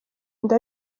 inda